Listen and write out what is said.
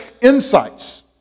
insights